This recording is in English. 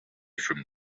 from